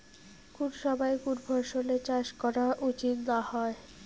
কুন সময়ে কুন ফসলের চাষ করা উচিৎ না হয়?